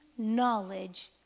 knowledge